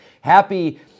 Happy